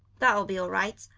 that'll be all right.